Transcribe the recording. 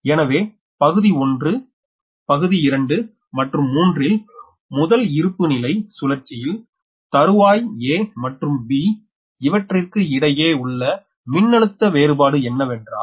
எனவே பகுதி 1 பகுதி 2 மற்றும் 3 ல் முதல் இருப்புநிலை சுழற்சியில் தறுவாய் a மற்றும் b இவற்றிற்கு இடையே உள்ள மின்னழுத்த வேறுபாடு என்னவென்றால்